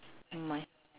my